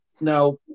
Now